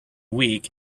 week